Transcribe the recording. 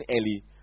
early